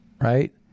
Right